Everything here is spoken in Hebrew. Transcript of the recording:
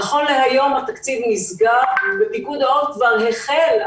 נכון להיום התקציב "נסגר" ופיקוד העורף כבר החל,